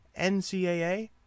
NCAA